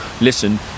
listen